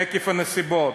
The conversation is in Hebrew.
עקב הנסיבות.